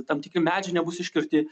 tam tikri medžiai nebus iškirti